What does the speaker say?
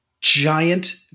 giant